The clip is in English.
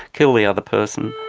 kill the other person.